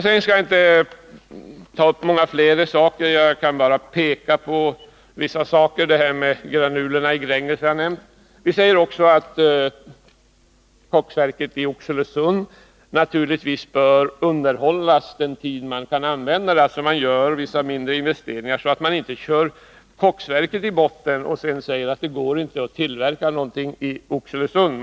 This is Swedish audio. Sedan finns det ytterligare en sak som jag vill peka på. Utskottet framhåller att koksverket i Oxelösund bör underhållas den tid man kan använda det, dvs. man bör göra vissa mindre investeringar så att man inte kör koksverket i botten och sedan säger att det inte går att tillverka någonting i Oxelösund.